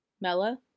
Mella